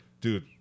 dude